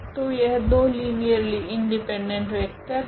तो यह 2 linearly independent vector है